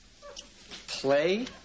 Play